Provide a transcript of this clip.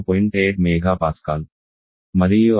8 MPa మరియు outlet వద్ద 0